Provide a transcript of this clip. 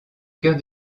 cœur